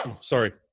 Sorry